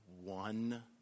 One